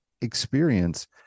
experience